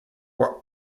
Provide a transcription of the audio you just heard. were